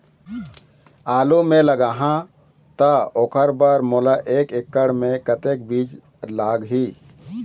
आलू मे लगाहा त ओकर बर मोला एक एकड़ खेत मे कतक बीज लाग ही?